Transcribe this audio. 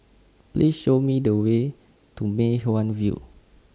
Please Show Me The Way to Mei Hwan View